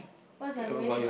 what is my worries about